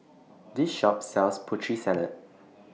This Shop sells Putri Salad